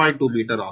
2 metre ஆகும்